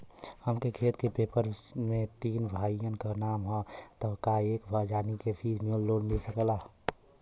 हमरे खेत के पेपर मे तीन भाइयन क नाम ह त का एक जानी के ही लोन मिल सकत ह?